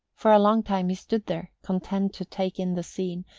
for a long time he stood there, content to take in the scene,